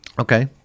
Okay